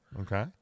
okay